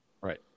Right